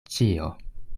ĉio